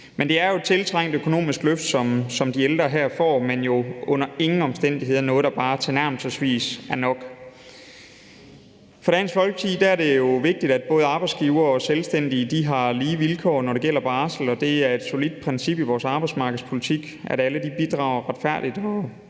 Det er et tiltrængt økonomisk løft, som de ældre her får, men jo under ingen omstændigheder noget, der bare tilnærmelsesvis er nok. For Dansk Folkeparti er det vigtigt, at både arbejdsgivere og selvstændige har lige vilkår, når det gælder barsel, og det er et solidt princip i vores arbejdsmarkedspolitik, at alle bidrager retfærdigt